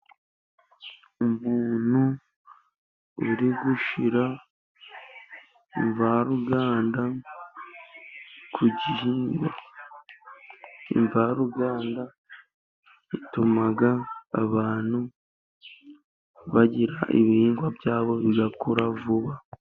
Umuntu uri gushyira imvaruganda ku gihingwa, imvaruganda ituma abantu bagira ibihingwa byabo bigakura vuba.